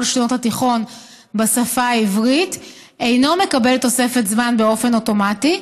שנות התיכון בשפה העברית אינו מקבל תוספת זמן באופן אוטומטי,